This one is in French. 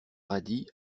paradis